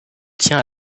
tient